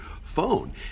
phone